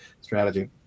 strategy